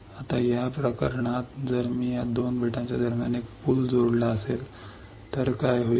आता या प्रकरणात जर मी या 2 बेटांच्या दरम्यान योग्य पूल जोडला असेल आणि काय होईल